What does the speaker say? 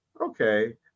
okay